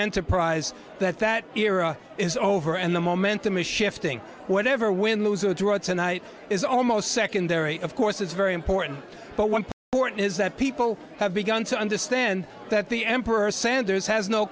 enterprise that that era is over and the momentum is shifting whatever win lose or draw tonight is almost secondary of course it's very important but one point is that people have begun to understand that the emperor sanders has no